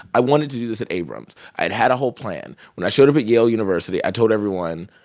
i wanted to do this at abrams. i'd had a whole plan. when i showed up at yale university, i told everyone,